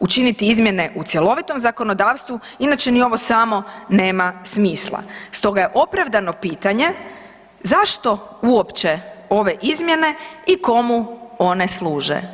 učiniti izmjene u cjelovitom zakonodavstvu, inače ni ovo samo nema smisla, stoga je opravdano pitanje zašto uopće ove izmjene i komu one služe.